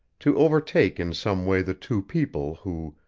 to overtake in some way the two people who,